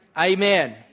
Amen